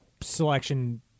selection